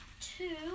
two